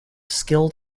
skilled